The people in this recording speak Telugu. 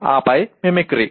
ఆపై మిమిక్రీ